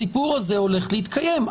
הסיפור הזה הולך להתקיים.